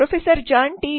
professor John T